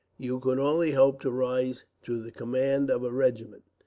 you could only hope to rise to the command of a regiment,